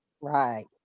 Right